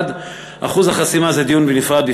אחוז החסימה זה דיון נפרד,